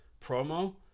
promo